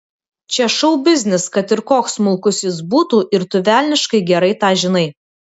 čia šou biznis kad ir koks smulkus jis būtų ir tu velniškai gerai tą žinai